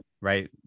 right